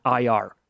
IR